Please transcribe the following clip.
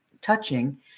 touching